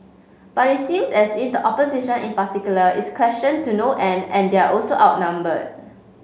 but it seems as if the opposition in particular is questioned to no end and they're also outnumbered